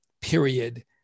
period